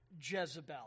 Jezebel